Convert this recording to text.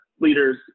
leaders